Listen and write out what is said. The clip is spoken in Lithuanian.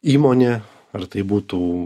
įmonė ar tai būtų